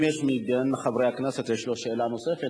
אם למישהו מבין חברי הכנסת יש שאלה נוספת